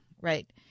right